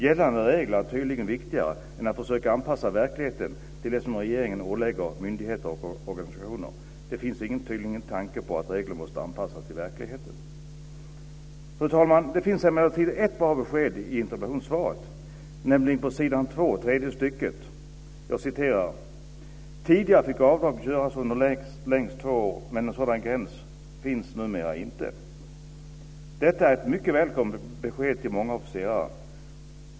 Gällande regler är tydligen viktigare än att försöka anpassa verkligheten till det som regeringen ålägger myndigheter och organisationer. Det finns tydligen ingen tanke på att regler måste anpassas till verkligheten. Fru talman! Det finns emellertid ett bra besked i interpellationssvaret, nämligen på s. 2 tredje stycket: "Tidigare fick avdrag göras under längst två år, men en sådan gräns finns numera inte." Detta är ett mycket välkommet besked till många officerare.